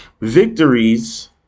Victories